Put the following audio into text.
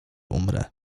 umrę